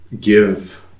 give